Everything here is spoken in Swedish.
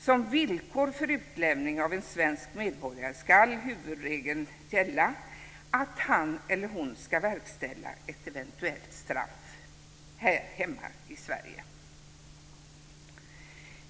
Som villkor för utlämning av en svensk medborgare ska huvudregeln gälla att han eller hon ska verkställa ett eventuellt straff här hemma i Sverige.